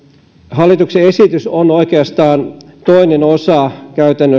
hallituksen esitys on käytännössä toinen osa